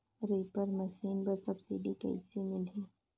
Reaper machine बर subsidy कइसे मिलही?